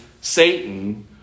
Satan